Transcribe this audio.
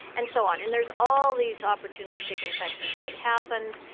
and so on and there's all these opportunistic infections that happens.